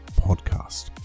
podcast